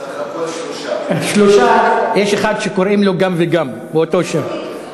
סקוטי, סקוטי.